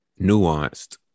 nuanced